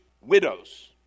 widows